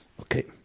Okay